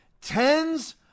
tens